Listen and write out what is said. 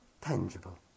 tangible